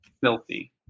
filthy